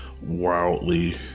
wildly